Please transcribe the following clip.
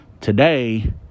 Today